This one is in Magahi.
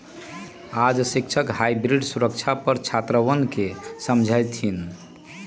आज शिक्षक हाइब्रिड सुरक्षा पर छात्रवन के समझय थिन